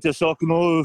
tiesiog nu